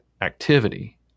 activity